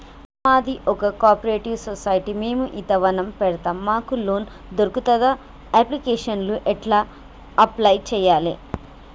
మాది ఒక cooperative society మేము ఈత వనం పెడతం మాకు లోన్ దొర్కుతదా? అప్లికేషన్లను ఎట్ల అప్లయ్ చేయాలే?